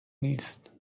نیست